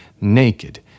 naked